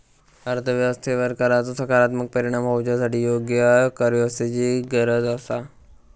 अर्थ व्यवस्थेवर कराचो सकारात्मक परिणाम होवच्यासाठी योग्य करव्यवस्थेची गरज आसा